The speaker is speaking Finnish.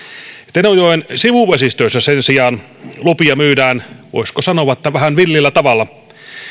tenojoen sivuvesistöissä sen sijaan lupia myydään voisiko sanoa vähän villillä tavalla